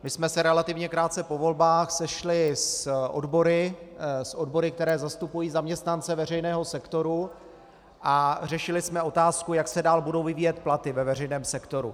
My jsme se relativně krátce po volbách sešli s odbory, které zastupují zaměstnance veřejného sektoru, a řešili jsme otázku, jak se dál budou vyvíjet platy ve veřejném sektoru.